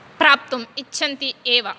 प्राप्तुम् इच्छन्ति एव